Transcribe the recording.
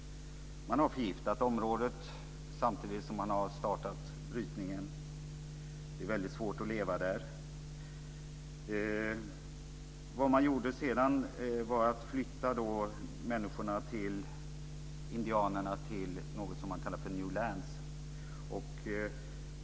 Man har förgiftat området, samtidigt som man har startat brytningen. Det är väldigt svårt att leva där. Vad man gjorde sedan var att man flyttade indianerna till något som man kallar för new lands.